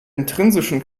intrinsischen